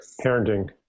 parenting